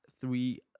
three